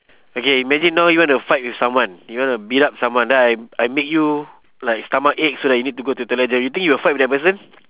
okay imagine now you wanna fight with someone you wanna beat up someone then I I make you like stomachache so that you need to go to toilet ah do you think you will fight with that person